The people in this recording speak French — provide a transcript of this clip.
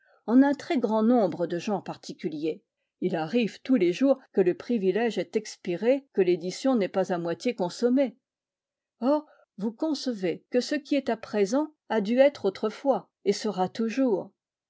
en un très grand nombre de genres particuliers il arrive tous les jours que le privilège est expiré que l'édition n'est pas à moitié consommée or vous concevez que ce qui est à présent a dû être autrefois et sera toujours